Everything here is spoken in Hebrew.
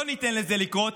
לא ניתן לזה לקרות.